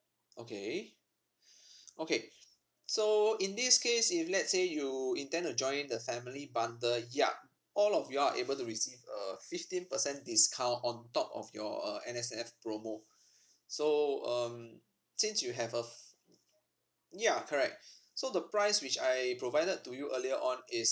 okay okay so in this case if let's say you intend to join the family bundle ya all of you all are able to receive a fifteen percent discount on top of your uh N_S_F promo so um since you have a f~ ya correct so the price which I provided to you earlier on is